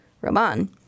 Roman